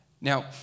Now